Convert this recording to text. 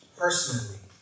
personally